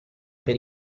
per